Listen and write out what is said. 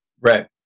Right